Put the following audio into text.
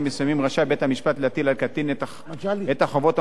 להטיל על קטין את החובות המפורטות בסעיף האמור.